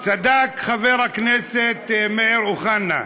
צדק חבר הכנסת מאיר אוחנה.